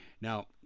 Now